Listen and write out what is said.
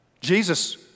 Jesus